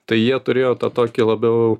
tai jie turėjo tą tokį labiau